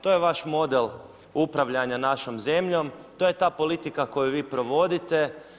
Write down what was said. To je vaš model upravljanja našom zemljom, to je ta politika koju vi provodite.